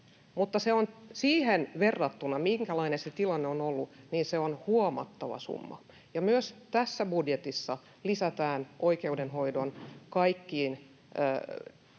mutta siihen verrattuna, minkälainen se tilanne on ollut, se on huomattava summa, ja myös tässä budjetissa lisätään oikeudenhoidon kaikkiin